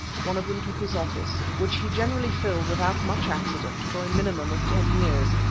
one of them took his office, which he generally filled without much accident, for a minimum of ten years,